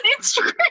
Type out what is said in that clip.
Instagram